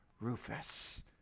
Rufus